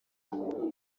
umuntu